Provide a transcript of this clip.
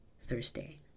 Thursday